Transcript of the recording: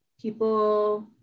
people